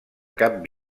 cap